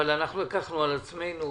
אבל לקחנו על עצמנו,